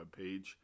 webpage